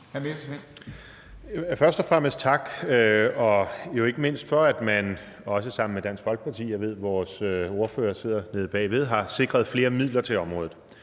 Først og fremmest tak og jo ikke mindst for, at man også sammen med Dansk Folkeparti – jeg ved, at vores ordfører sidder hernede bagved – har sikret flere midler til området.